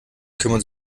kümmern